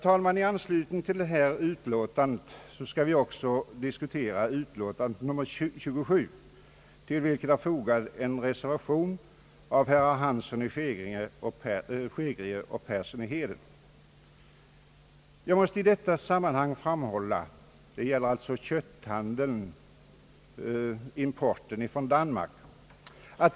I anslutning till detta utlåtande skall vi också diskutera jordbruksutskottets utlåtande nr 27 till vilket har fogats en reservation av herr Hansson i Skegrie och herr Persson i Heden. Det gäller här importen av kött från Danmark.